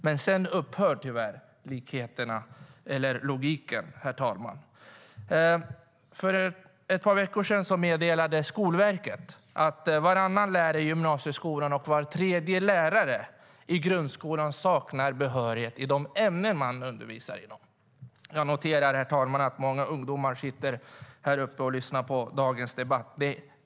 Men sedan upphör tyvärr likheterna och logiken, herr talman. För ett par veckor sedan meddelade Skolverket att varannan lärare i gymnasieskolan och var tredje lärare i grundskolan saknar behörighet i de ämnen de undervisar i. Jag noterar, herr talman, att det är många ungdomar som sitter på läktaren och lyssnar på dagens debatt.